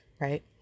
right